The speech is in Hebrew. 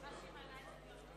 (הארכת תוקף),